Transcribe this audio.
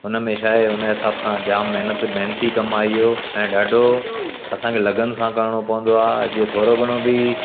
हुनमें छा ऐं हुन हिसाब सां जाम महिनत महिनत कमु आहे इहो ऐं ॾाढो असांखे लॻनि सां करणो पवंदो आहे अॼु थोरो घणो बि